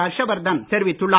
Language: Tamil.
ஹர்ஷ் வர்தன் தெரிவித்துள்ளார்